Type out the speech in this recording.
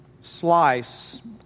slice